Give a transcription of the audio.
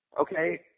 Okay